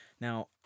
Now